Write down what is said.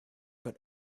but